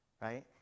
right